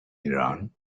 iran